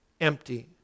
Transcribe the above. empty